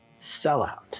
sellout